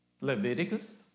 leviticus